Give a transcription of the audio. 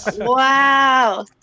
Wow